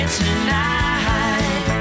tonight